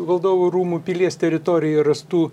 valdovų rūmų pilies teritorijoj rastų